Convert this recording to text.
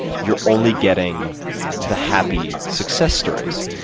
you're only getting the happy success stories.